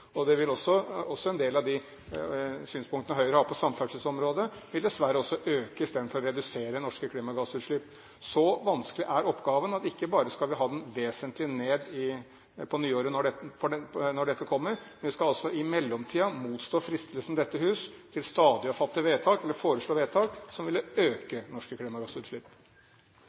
eller Fræna, vil øke norske klimagassutslipp. Også en del av de synspunktene Høyre har på samferdselsområdet, vil dessverre også øke i stedet for å redusere norske klimagassutslipp. Så vanskelig er oppgaven at ikke bare skal vi ha dem vesentlig ned på nyåret, når dette kommer, vi skal også i mellomtiden motstå fristelsen i dette hus til stadig å foreslå vedtak som vil øke norske klimagassutslipp.